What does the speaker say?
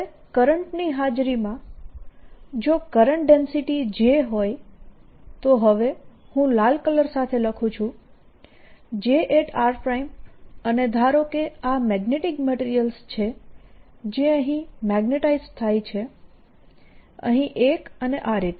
હવે કરંટની હાજરીમાં જો કરંટ ડેન્સિટી j હોય તો હવે હું લાલ કલર સાથે લખું છું j r અને ધારો કે આ મેગ્નેટીક મટીરીયલ્સ છે જે અહીં મેગ્નેટાઈઝડ થાય છે અહીં એક અને આ રીતે